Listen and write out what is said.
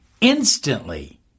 Instantly